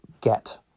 get